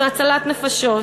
זו הצלת נפשות.